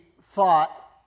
thought